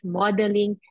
modeling